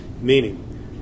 meaning